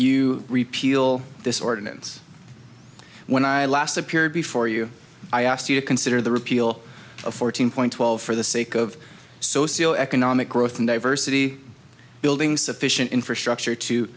you repeal this ordinance when i last appeared before you i asked you to consider the repeal of fourteen point twelve for the sake of socio economic growth and diversity building sufficient infrastructure to